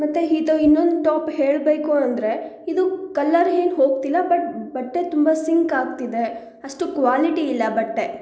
ಮತ್ತೆ ಇದು ಇನ್ನೊಂದು ಟಾಪ್ ಹೇಳಬೇಕು ಅಂದರೆ ಇದು ಕಲ್ಲರ್ ಏನ್ ಹೋಗ್ತಿಲ್ಲ ಬಟ್ ಬಟ್ಟೆ ತುಂಬ ಸಿಂಕ್ ಆಗ್ತಿದೆ ಅಷ್ಟು ಕ್ವಾಲಿಟಿ ಇಲ್ಲ ಬಟ್ಟೆ